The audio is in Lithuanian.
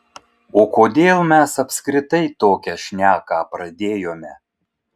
o kodėl mes apskritai tokią šneką pradėjome